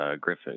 Griffin